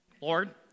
Lord